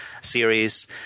series